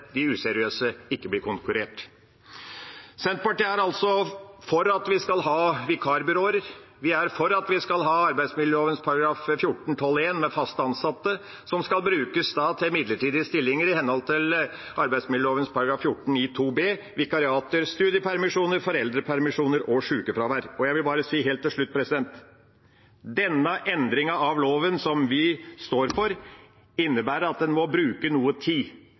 vi skal ha vikarbyråer. Vi er for at vi skal ha arbeidsmiljøloven § 14-12 første ledd med fast ansatte som skal brukes til midlertidige stillinger i henhold til arbeidsmiljøloven § 14-9 andre ledd bokstav b, vikariater, studiepermisjoner, foreldrepermisjoner og sykefravær. Jeg vil bare si helt til slutt: Denne endringen av loven som vi står for, innebærer at en må bruke noe tid